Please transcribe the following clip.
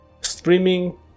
streaming